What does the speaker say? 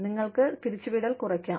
നിങ്ങൾക്ക് പിരിച്ചുവിടൽ കുറയ്ക്കാം